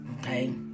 Okay